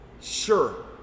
Sure